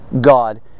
God